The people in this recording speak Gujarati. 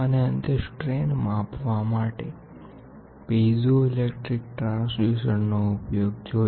અને અંતે સ્ટ્રેન માપવા માટે પીઝો ઈલેક્ટ્રીક ટ્રાન્સડ્યુસરનો ઉપયોગ જોયો